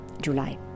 July